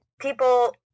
people